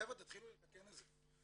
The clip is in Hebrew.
חבר'ה תתחילו לתקן את זה.